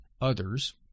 others